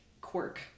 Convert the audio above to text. quirk